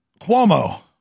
Cuomo